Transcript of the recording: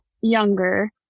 younger